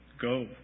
Go